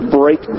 break